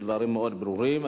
הדברים מאוד ברורים.